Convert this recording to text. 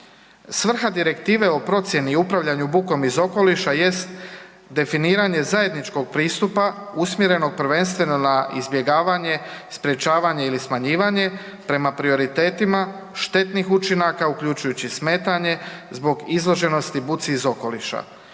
Svrha direktive o procjeni i upravljanju bukom iz okoliša jest definiranje zajedničkog pristupa usmjerenog prvenstveno za izbjegavanje, sprječavanje ili smanjivanje prema prioritetima štetnih učinaka uključujući smetanje zbog izloženosti buci iz okoliša.